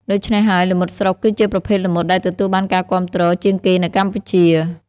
ដូច្នេះហើយ ល្មុតស្រុក គឺជាប្រភេទល្មុតដែលទទួលបានការគាំទ្រជាងគេនៅកម្ពុជា។